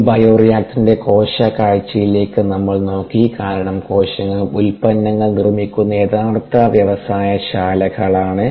ഒടുവിൽ ബയോറിയാക്ടറിന്റെ കോശ കാഴ്ചയിലേക്ക് നമ്മൾ നോക്കി കാരണം കോശങ്ങൾ ഉൽപ്പന്നം നിർമ്മിക്കുന്ന യഥാർത്ഥ വ്യവസായ ശാലകളാണ്